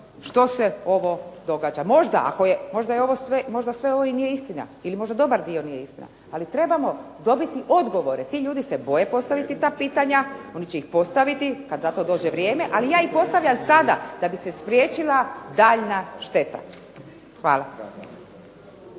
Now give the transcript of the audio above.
što se ovo događa. Možda sve ovo i nije istina ili dobar dio nije istina, ali trebamo dobito odgovore. Ti ljudi se boje postaviti ta pitanja, oni će ih postaviti kada zato dođe vrijeme. Ali ja ih postavljam sada da bi se spriječila daljnja šteta. Hvala.